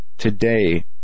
Today